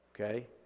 okay